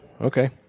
Okay